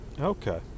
Okay